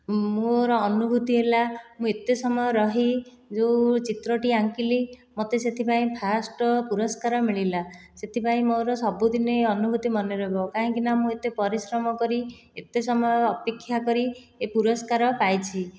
ମୋର ଅନୁଭୂତି ହେଲା ମୁଁ ଏତେ ସମୟ ରହି ଯେଉଁ ଚିତ୍ରଟି ଆଙ୍କିଲି ମୋତେ ସେଥିପାଇଁ ଫାଷ୍ଟ ପୁରସ୍କାର ମିଳିଲା ସେଥିପାଇଁ ମୋର ସବୁଦିନ ଅନୁଭୂତି ମନେ ରହିବ କାହିଁକି ନା ମୁଁ ଏତେ ପରିଶ୍ରମ କରି ଏତେ ସମୟ ଅପେକ୍ଷା କରି ଏ ପୁରସ୍କାର ପାଇଛି